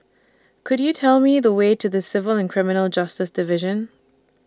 Could YOU Tell Me The Way to The Civil and Criminal Justice Division